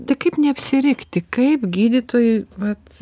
tai kaip neapsirikti kaip gydytojui vat